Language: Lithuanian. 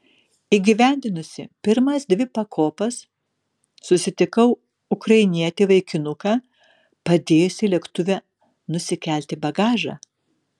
įgyvendinusi pirmas dvi pakopas susitikau ukrainietį vaikinuką padėjusį lėktuve nusikelti bagažą